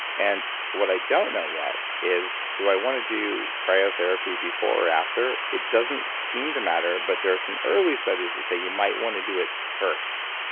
and what i don't know yet is, do i want to do cryotherapy before or after? it doesn't seem to matter. but there are some early studies that say you might want to do it first.